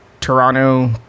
Toronto